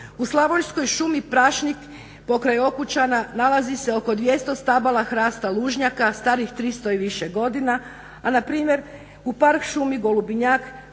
U slavonskoj šumi Prašnik pokraj Okučana nalazi se oko 200 stabala hrasta lužnjaka starih 300 i više godina, a na primjer u park šumi Golubinjak